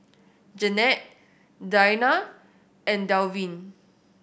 Janette Deana and Dalvin